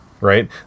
Right